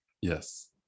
Yes